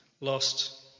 lost